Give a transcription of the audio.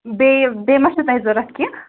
بیٚیہِ بیٚیہِ ما چھو تۄہہِ ضروٗرت کیٚنٛہہ